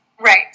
Right